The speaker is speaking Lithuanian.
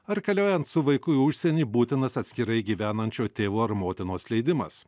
ar keliaujant su vaiku į užsienį būtinas atskirai gyvenančio tėvo ar motinos leidimas